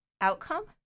outcome